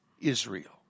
Israel